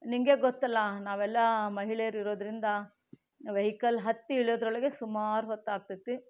ನಿನಗೆ ಗೊತ್ತಲ್ಲ ನಾವೆಲ್ಲ ಮಹಿಳೆಯರು ಇರೋದ್ರಿಂದ ವೆಹಿಕಲ್ ಹತ್ತಿ ಇಳಿಯೋದರೊಳಗೆ ಸುಮಾರು ಹೊತ್ತಾಗ್ತೈ ತಿ